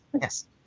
Yes